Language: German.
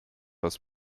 was